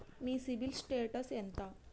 మీ CIBIL status ఎంత?